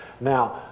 Now